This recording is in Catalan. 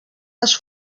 les